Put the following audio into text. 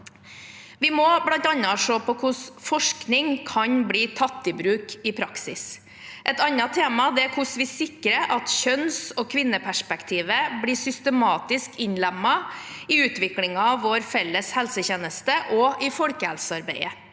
Vi må bl.a. se på hvordan forskning kan bli tatt i bruk i praksis. Et annet tema er hvordan vi sikrer at kjønns- og kvinneperspektivet blir systematisk innlemmet i utviklingen av vår felles helsetjeneste og i folkehelsearbeidet.